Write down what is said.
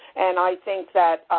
and i think that,